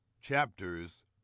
chapters